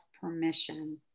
permission